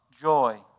joy